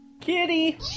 Kitty